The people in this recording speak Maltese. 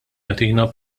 jagħtina